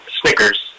Snickers